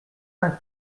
cinq